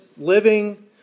living